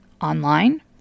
online